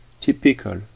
typical